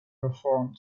reformed